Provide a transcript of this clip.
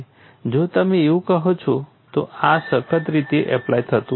જો તમે એવું કહો છો તો આ સખત રીતે એપ્લાય થતું નથી